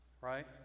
right